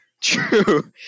True